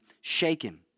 shaken